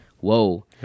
Whoa